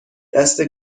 دسته